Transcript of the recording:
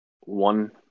one